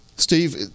Steve